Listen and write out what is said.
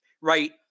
right